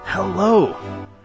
Hello